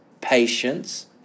patience